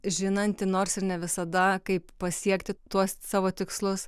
žinanti nors ir ne visada kaip pasiekti tuos savo tikslus